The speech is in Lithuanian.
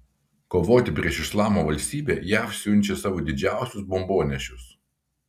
kovoti prieš islamo valstybę jav siunčia savo didžiausius bombonešius